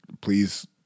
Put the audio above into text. please